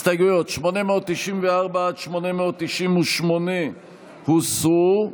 הסתייגויות 894 898 הוסרו.